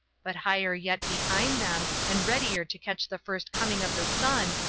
but higher yet behind them, and readier to catch the first coming of the sun,